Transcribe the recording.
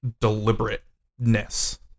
deliberateness